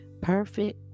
Perfect